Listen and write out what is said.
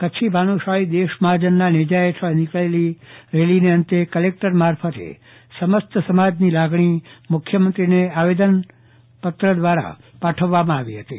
કચ્છ ભાનુશાલી દેશ મહાજનના નેજા હેઠળ નિકળેલી રેલીને અંતે કલેકટર મારફતે સમયસર સમાજની લાગણી મુખ્યમંત્રીને આવેદનપત્ર પાઠવવામાં આવ્યું હતું